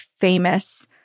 famous